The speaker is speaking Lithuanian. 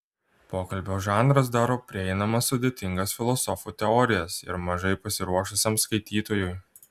pokalbio žanras daro prieinamas sudėtingas filosofų teorijas ir mažai pasiruošusiam skaitytojui